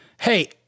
hey